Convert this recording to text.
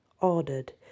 ordered